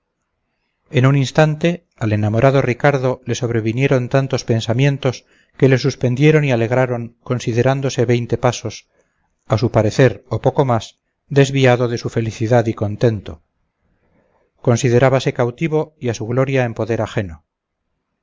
en un instante al enamorado ricardo le sobrevinieron tantos pensamientos que le suspendieron y alegraron considerándose veinte pasos a su parecer o poco más desviado de su felicidad y contento considerábase cautivo y a su gloria en poder ajeno